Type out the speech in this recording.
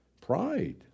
Pride